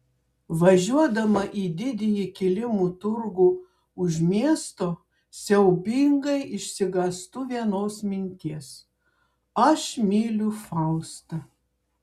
važiuodama į didįjį kilimų turgų už miesto siaubingai išsigąstu vienos minties aš myliu faustą